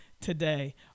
today